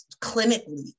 clinically